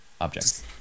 Objects